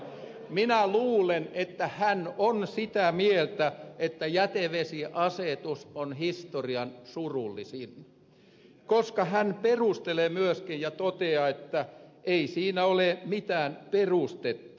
minä luulen että hän on sitä mieltä että jätevesiasetus on historian surullisin koska hän perustelee myöskin ja toteaa että ei siinä ole mitään perustetta